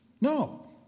No